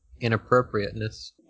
Inappropriateness